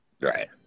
right